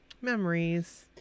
Memories